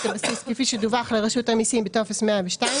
הבסיס כפי שדווח לרשות המסים בטופס 102,